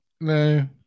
No